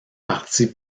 parties